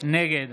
נגד